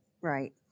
Right